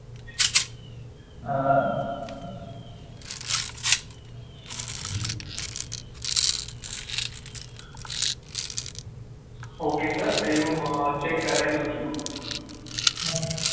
okay sir એ હું check કરાવી લઉં છું